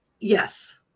Yes